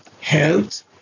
health